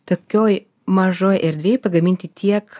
tokioj mažoj erdvėj pagaminti tiek